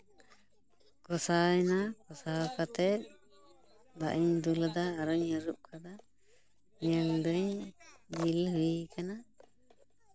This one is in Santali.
ᱮᱱᱟ ᱠᱚᱥᱟᱣ ᱠᱟᱛᱮᱫ ᱫᱟᱜ ᱤᱧ ᱫᱩᱞ ᱟᱫᱟ ᱟᱨᱚᱧ ᱦᱟᱹᱨᱩᱵ ᱠᱟᱫᱟ ᱧᱮᱞ ᱮᱫᱟᱹᱧ ᱡᱤᱞ ᱦᱩᱭ ᱟᱠᱟᱱᱟ